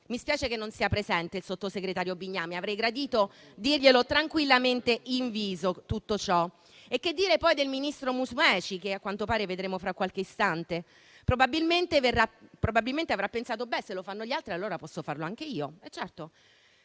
Mi dispiace che non sia presente il sottosegretario Bignami: avrei gradito dirgli tranquillamente in viso tutto ciò. Che dire, poi, del ministro Musumeci, che a quanto pare vedremo tra qualche istante? Probabilmente avrà pensato che, se lo fanno gli altri, può farlo anche lui e